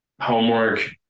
homework